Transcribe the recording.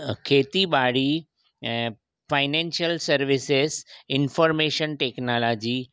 अं अ खेती ॿारी ऐं फाइनेशल सर्विसिस इंफोर्मेशन टेक्नालाजी